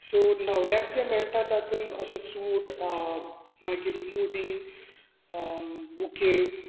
so न्हवऱ्याक जें मेळटा तातूंत अशें सूट आ मागीर मुदी अ बुके